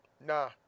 nah